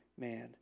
man